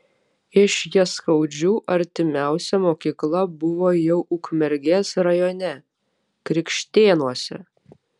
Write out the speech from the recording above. iš jaskaudžių artimiausia mokykla buvo jau ukmergės rajone krikštėnuose